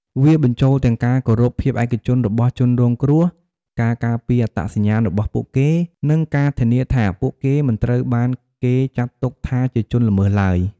វាបញ្ចូលទាំងការគោរពភាពឯកជនរបស់ជនរងគ្រោះ ការការពារអត្តសញ្ញាណរបស់ពួកគេ និងការធានាថាពួកគេមិនត្រូវបានគេចាត់ទុកជាជនល្មើសឡើយ។